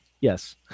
Yes